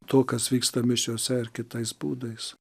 to kas vyksta mišiose ir kitais būdais